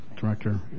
Director